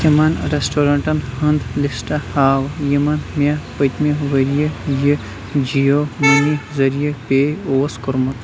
تِمَن رٮ۪سٹورنٛٹَن ہُنٛد لسٹ ہاو یِمَن مےٚ پٔتمہِ ؤرۍ یہِ جِیو مٔنی ذٔریعہٕ پے اوس کوٚرمُت